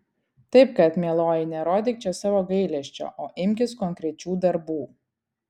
taip kad mieloji nerodyk čia savo gailesčio o imkis konkrečių darbų